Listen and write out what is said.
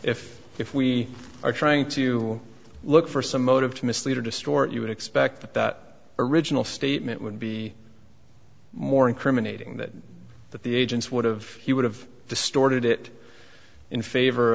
if if we are trying to look for some motive to mislead or distort you would expect that that original statement would be more incriminating that that the agents would've he would have distorted it in favor